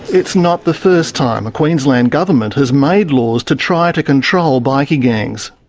it's not the first time a queensland government has made laws to try to control bikie gangs.